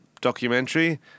documentary